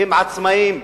עצמאים,